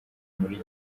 muri